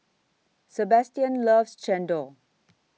Sebastian loves Chendol